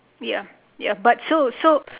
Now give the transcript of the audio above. ya ya but so so